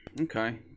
Okay